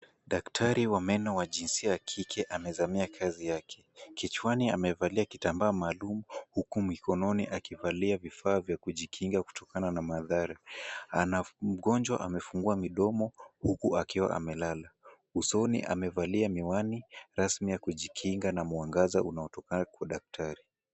Daktari wa meno wa jinsia ya kike amezamia kazi yake. Kichwani amevalia kitambaa maalum huku mikononi akivalia vifaa vya kujikinga kutokana na madhara. Ana mgonjwa amefungwa midomo huku akiwa amelala. Usoni amevalia miwani rasmi ya kujikinga na mwangaza unaotoka kwa daktari.